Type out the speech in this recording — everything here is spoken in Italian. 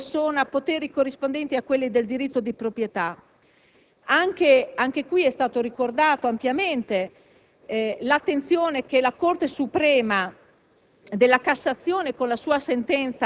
eserciti su una persona poteri corrispondenti a quelli del diritto di proprietà. Anche oggi è stata ricordata l'attenzione che la Corte suprema